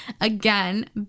again